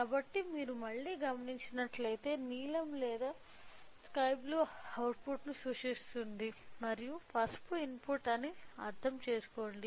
కాబట్టి మీరు మళ్ళీ గమనించినట్లయితే నీలం లేదా స్కై బ్లూ అవుట్పుట్ను సూచిస్తుంది మరియు పసుపు ఇన్పుట్ అని అర్థం చేసుకోండి